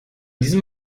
diesem